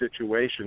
situation